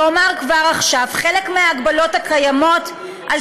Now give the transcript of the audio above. ואומר כבר עכשיו: חלק מההגבלות הקיימות על